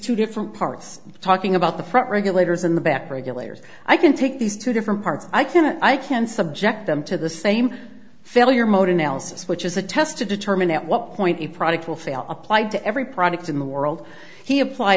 two different parts talking about the front regulators in the back regulators i can take these two different parts i can i can subject them to the same failure mode analysis which is a test to determine at what point a product will fail applied to every product in the world he applied